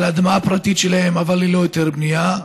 על האדמה הפרטית שלהם, אבל ללא היתר בנייה.